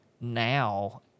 now